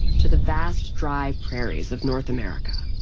to the vast dry prairies of north america